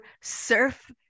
surf